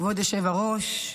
כבוד היושב-ראש,